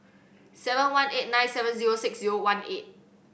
seven one eight nine seven zero six zero one eight